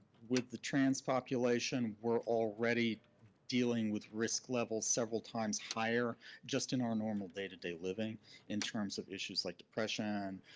with the trans population, we're already dealing with risk levels several times higher just in our normal day-to-day living in terms of issues like oppression,